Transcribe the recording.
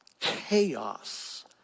chaos